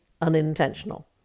unintentional